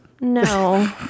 No